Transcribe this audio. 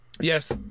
Yes